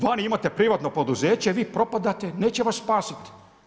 Vani imate privatno poduzeće, vi propadate, neće vas spasiti.